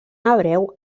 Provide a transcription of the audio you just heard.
hebreu